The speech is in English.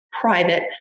private